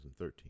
2013